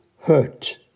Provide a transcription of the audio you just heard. hurt